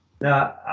Now